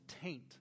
taint